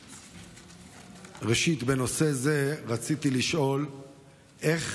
ראשית, בנושא זה רציתי לשאול איך